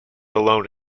alone